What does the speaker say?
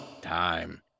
Time